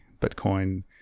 Bitcoin